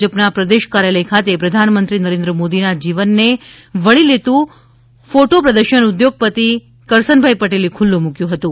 ભાજપ ના પ્રદેશ કાર્યાલય ખાતે પ્રધાનમંત્રી નરેન્દ્ર મોદી ના જીવન ને વળી લેતું ફોટો પ્રદર્શન ઉદ્યોગપતિ કરસનભાઇ પટેલે ખુલ્લ મૂક્યું હતું